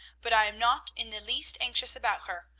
but i am not in the least anxious about her,